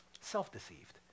Self-deceived